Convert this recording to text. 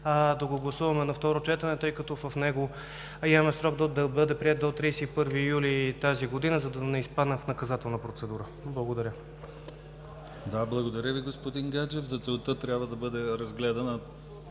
да го гласуваме на второ четене, тъй като в него имаме срок да бъде приет до 31 юли тази година, за да не изпаднем в наказателна процедура. Благодаря. ПРЕДСЕДАТЕЛ ДИМИТЪР ГЛАВЧЕВ: Благодаря Ви, господин Гаджев. За целта трябва да бъде разгледан,